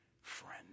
friend